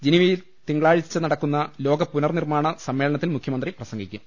ജനീവയിൽ തിങ്കളാഴ്ച നടക്കുന്ന ലോക പുനർനിർമാണ സമ്മേളനത്തിൽ മുഖ്യമന്ത്രി പ്രസംഗിക്കും